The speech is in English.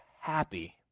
happy